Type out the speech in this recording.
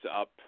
up